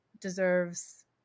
deserves